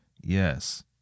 Yes